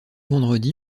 vendredi